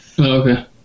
okay